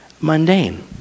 mundane